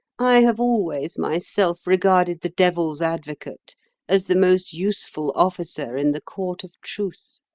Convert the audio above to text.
i have always myself regarded the devil's advocate as the most useful officer in the court of truth.